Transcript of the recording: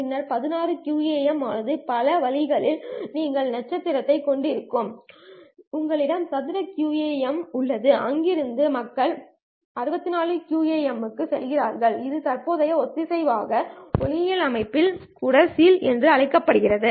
பின்னர் 16 QAM ஆனது பல பல வழிகளில் நீங்கள் நட்சத்திர QAM ஐக் கொண்டிருக்கிறீர்கள் உங்களிடம் சதுர QAM உள்ளது அங்கிருந்து மக்கள் 64 QAM க்குச் சென்றார்கள் இது தற்போது ஒத்திசைவான ஒளியியல் அமைப்புகளுடன் கூடிய சீல் என்று தெரிகிறது